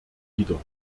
wieder